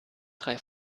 drei